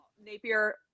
Napier